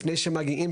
לפני שהם מגיעים,